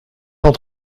cent